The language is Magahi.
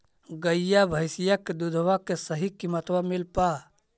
गईया भैसिया के दूधबा के सही किमतबा मिल पा?